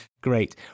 Great